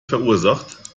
verursacht